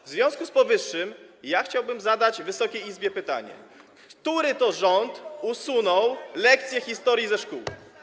W związku z powyższym chciałbym zadać Wysokiej Izbie pytanie: Który to rząd usunął lekcje historii ze szkół?